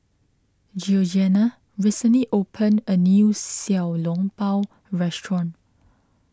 Georgiana recently opened a new Xiao Long Bao restaurant